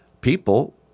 People